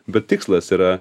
bet tikslas yra